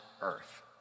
earth